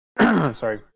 Sorry